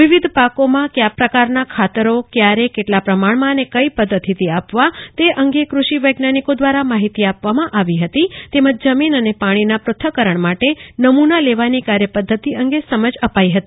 વિવિધ પાકોમાં કવ્યા પ્રકારના ખાતરો કવ્યારે કેટલા પ્રમાણમાં અને કઇ પદ્વતિથી આપવા તે અંગે કૃષિ વૈજ્ઞાનિકો દ્વારા માહિતી આપવામાં આવી હતી તેમજ જમીન અને પાણીના પૃથક્કરણ માટે નમૂના લેવાની કાર્ય પદ્ધતિ અંગે સમજ અપાઇ હતી